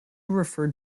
referred